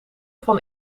van